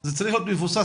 זה צריך להיות מבוסס.